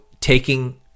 taking